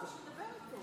גברתי היושבת-ראש,